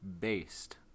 based